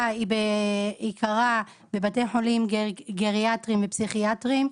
היא בעיקרה בבתי חולים גריאטריים ופסיכיאטריים.